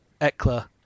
Eckler